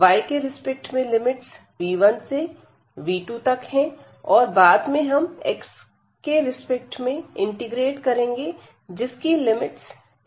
y के respect में limits v1 से v2xतक है और बाद में हम x के रिस्पेक्ट में इंटीग्रेट करेंगे जिसकी लिमिट्स a से b तक होंगी